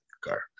car